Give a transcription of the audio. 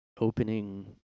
opening